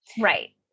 Right